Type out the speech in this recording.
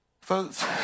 Folks